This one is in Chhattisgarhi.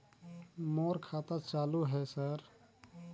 मोर खाता चालु हे सर?